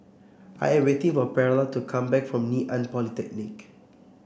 I am waiting for Perla to come back from Ngee Ann Polytechnic